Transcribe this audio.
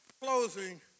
closing